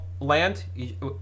Land